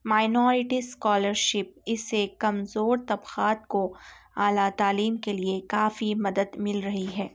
minorities scholarship اس سے کمزور طبقات کو اعلیٰ تعلیم کے لئے کافی مدد مل رہی ہے